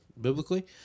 biblically